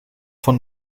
von